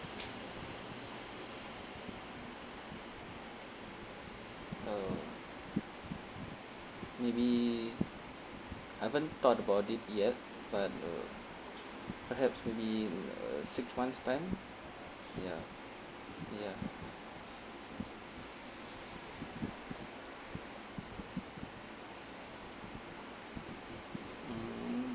uh maybe I haven't thought about it yet but uh perhaps maybe mm uh six months time ya ya mm